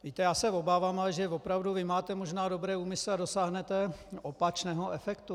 Víte, já se obávám ale, že opravdu vy máte dobré úmysly a dosáhnete opačného efektu.